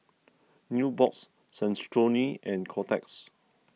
Nubox Saucony and Kotex